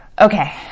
Okay